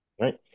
Right